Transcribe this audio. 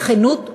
בכנות ובגלוי,